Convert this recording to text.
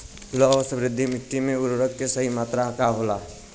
लौह समृद्ध मिट्टी में उर्वरक के सही मात्रा का होला?